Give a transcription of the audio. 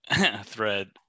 thread